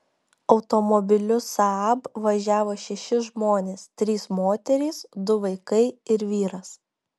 automobiliu saab važiavo šeši žmonės trys moterys du vaikai ir vyras